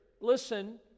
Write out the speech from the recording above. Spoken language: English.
listen